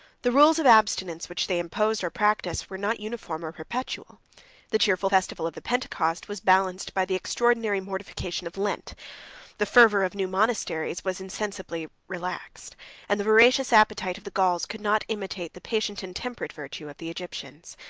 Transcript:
the rules of abstinence which they imposed, or practised, were not uniform or perpetual the cheerful festival of the pentecost was balanced by the extraordinary mortification of lent the fervor of new monasteries was insensibly relaxed and the voracious appetite of the gauls could not imitate the patient and temperate virtue of the egyptians.